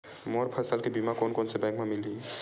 मोर फसल के बीमा कोन से बैंक म मिलही?